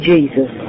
Jesus